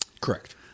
Correct